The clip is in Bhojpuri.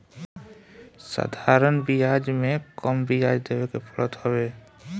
साधारण बियाज में कम बियाज देवे के पड़त हवे